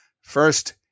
First